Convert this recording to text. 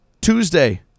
Tuesday